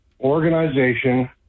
organization